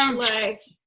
um like.